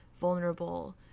vulnerable